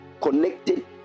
connected